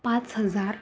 पाच हजार